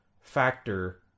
factor